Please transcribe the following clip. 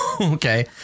Okay